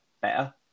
better